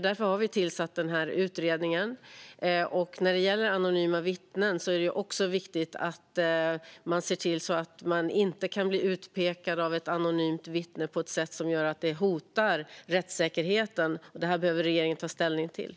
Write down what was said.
Därför har vi tillsatt utredningen. När det gäller anonyma vittnen är det också viktigt att man inte kan bli utpekad av ett anonymt vittne på ett sätt som gör att det hotar rättssäkerheten. Det här behöver regeringen ta ställning till.